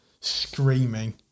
screaming